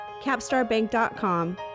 capstarbank.com